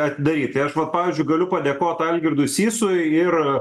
atidaryt tai aš va pavyzdžiui galiu padėkot algirdui sysui ir